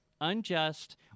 unjust